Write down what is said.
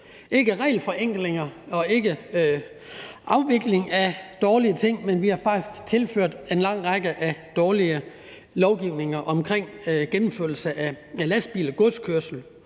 regelforenklinger og afvikling af dårlige ting, men at vi faktisk har tilført en en lang række dårlige lovgivninger om gennemførelse af lastbil- og godskørsel,